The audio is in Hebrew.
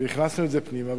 והכנסנו את זה פנימה.